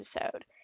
episode